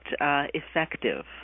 effective